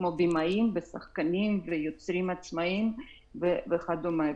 כמו במאים, שחקנים ויוצרים עצמאים וכדומה.